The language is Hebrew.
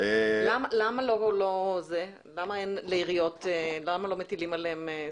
למה לא מטילים על עריות?